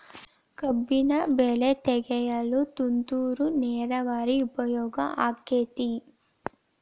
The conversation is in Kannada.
ಕಬ್ಬಿನ ಬೆಳೆ ತೆಗೆಯಲು ತುಂತುರು ನೇರಾವರಿ ಉಪಯೋಗ ಆಕ್ಕೆತ್ತಿ?